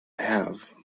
have